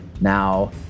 Now